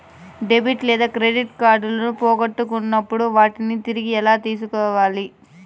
debit లేదా credit కార్డులు పోగొట్టుకున్నప్పుడు వాటిని తిరిగి ఎలా తీసుకోవాలి